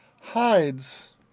hides